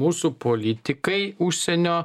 mūsų politikai užsienio